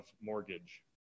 mortgage